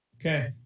Okay